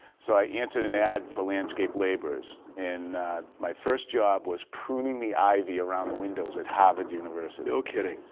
so i entered an ad for landscape laborers, and my first job was pruning the ivy around the windows at harvard university. no kidding.